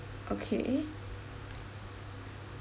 okay